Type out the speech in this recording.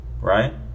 Right